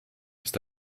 ist